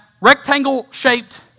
rectangle-shaped